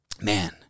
Man